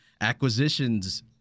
acquisitions